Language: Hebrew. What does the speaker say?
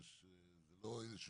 זה לא איזו